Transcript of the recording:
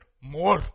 more